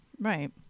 Right